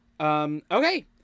Okay